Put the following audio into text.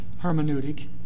hermeneutic